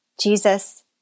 Jesus